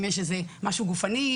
אם יש איזה משהו גופני,